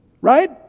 right